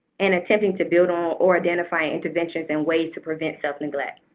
and intending to build on or identify interventions and ways to prevent self-neglect.